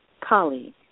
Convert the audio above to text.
colleague